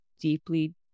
deeply